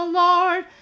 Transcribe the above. lord